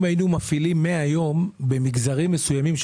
אם היינו מפעילים מהיום במגזרים מסוימים,